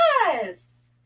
Yes